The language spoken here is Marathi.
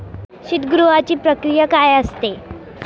शीतगृहाची प्रक्रिया काय असते?